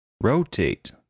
Rotate